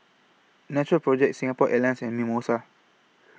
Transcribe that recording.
Natural Project Singapore Airlines and Mimosa